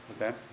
okay